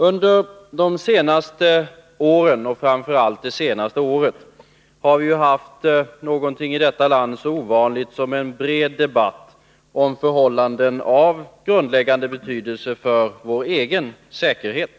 Under de senaste åren, framför allt det senaste, har vi i detta land haft någonting så ovanligt som en bred debatt om förhållanden av grundläggande betydelse för vår egen säkerhet.